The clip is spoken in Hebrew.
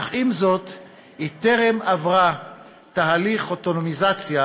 אך עם זאת היא טרם עברה תהליך אוטונומיזציה